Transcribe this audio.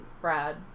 Brad